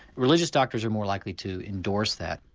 religious doctors are more likely to endorse that.